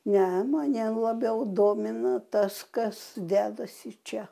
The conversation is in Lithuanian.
ne mane labiau domina tas kas dedasi čia